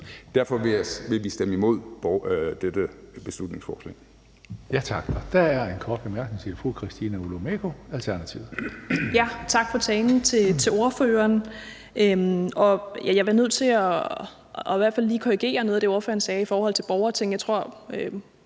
Derfor vil vi stemme imod dette beslutningsforslag.